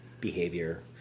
behavior